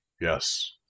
Yes